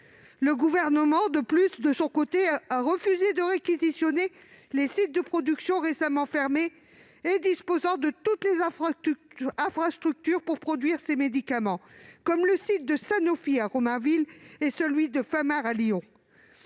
le Gouvernement a de son côté refusé de réquisitionner les sites de production récemment fermés, qui disposaient pourtant de toutes les infrastructures pour produire ces médicaments, comme le site de Sanofi à Romainville et celui de Famar à Lyon.